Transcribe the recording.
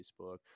facebook